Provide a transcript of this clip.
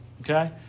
Okay